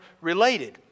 related